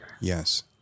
Yes